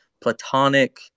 platonic